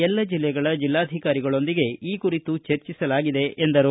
ಎಲ್ಲ ಜೆಲ್ಲೆಗಳ ಜೆಲ್ಲಾಧಿಕಾರಿಗಳೊಂದಿಗೆ ಈ ಕುರಿತು ಚರ್ಚಿಸಲಾಗಿದೆ ಎಂದರು